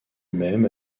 même